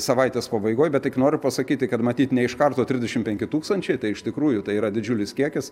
savaitės pabaigoj bet tik noriu pasakyti kad matyt ne iš karto trisdešimt penki tūkstančiai tai iš tikrųjų tai yra didžiulis kiekis